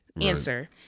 answer